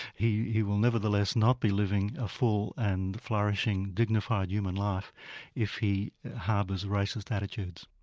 he he will nevertheless not be living a full and flourishing, dignified human life if he harbours racist attitudes.